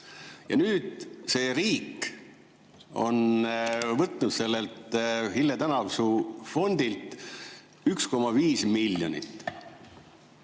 Ja nüüd see riik on võtnud sellelt Hille Tänavsuu fondilt 1,5 miljonit